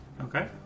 Okay